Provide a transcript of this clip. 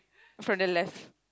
from the left